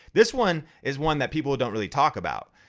this one is one that people don't really talk about.